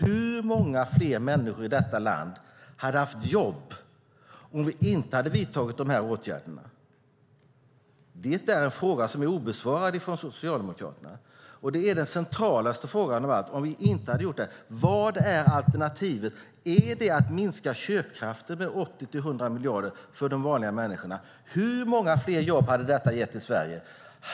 Hur många fler människor i detta land hade haft jobb om vi inte hade vidtagit de här åtgärderna? Det är en fråga som är obesvarad av Socialdemokraterna, och det är den mest centrala frågan av alla. Hur många fler jobb hade detta gett i Sverige?